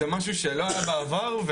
זה משהו שלא היה בעבר,